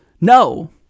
No